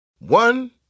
One